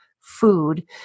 food